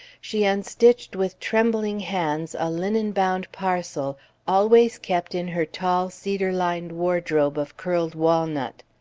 she unstitched with trembling hands a linen-bound parcel always kept in her tall, cedar-lined wardrobe of curled walnut.